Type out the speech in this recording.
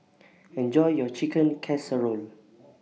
Enjoy your Chicken Casserole